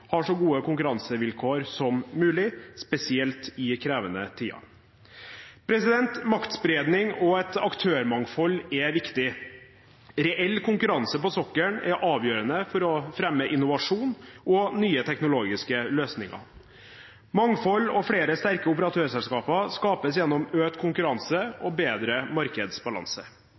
har så gode konkurransevilkår som mulig, spesielt i krevende tider. Maktspredning og et aktørmangfold er viktig. Reell konkurranse på sokkelen er avgjørende for å fremme innovasjon og nye teknologiske løsninger. Mangfold og flere sterke operatørselskaper skapes gjennom økt konkurranse og bedre markedsbalanse.